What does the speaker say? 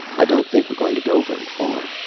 i don't think we're going to go very far.